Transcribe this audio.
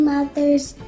Mother's